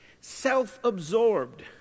Self-absorbed